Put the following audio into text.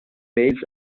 mails